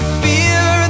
fear